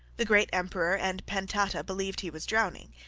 the great emperor and pantata believed he was drowning,